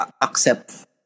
accept